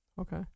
Okay